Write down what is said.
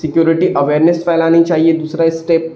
security awareness پھیلانی چاہیے دوسرا اسٹیپ